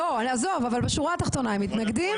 שורה תחתונה, הם מתנגדים